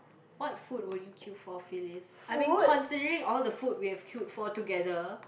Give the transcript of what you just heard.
what food would you queue for Phylis I mean considering all the food we have queued for together